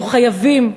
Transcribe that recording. אנחנו חייבים,